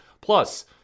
plus